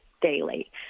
daily